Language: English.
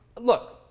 look